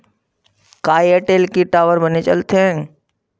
का एयरटेल के टावर बने चलथे?